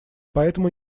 поэтому